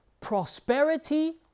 prosperity